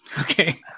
Okay